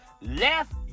left